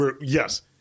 Yes